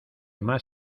más